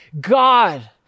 God